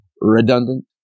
redundant